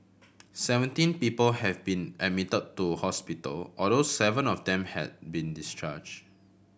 seventeen people have been admitted to hospital although seven of them had been discharged